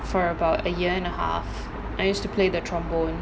for about a year and a half I used to play the trombone